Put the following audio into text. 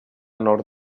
nord